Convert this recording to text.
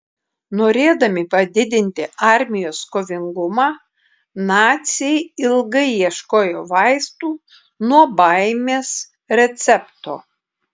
norėdami padidinti armijos kovingumą naciai ilgai ieškojo vaistų nuo baimės recepto